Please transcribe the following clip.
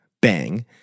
Bang